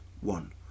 One